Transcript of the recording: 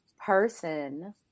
person